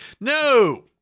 No